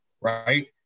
Right